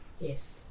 Yes